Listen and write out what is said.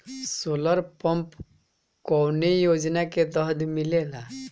Solar pump कौने योजना के तहत मिलेला?